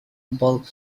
bulk